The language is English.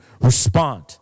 respond